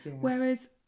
Whereas